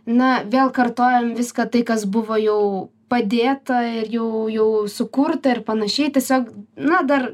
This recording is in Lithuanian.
na vėl kartojam viską tai kas buvo jau padėta ir jau jau sukurta ir panašiai tiesiog na dar